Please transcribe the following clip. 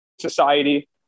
society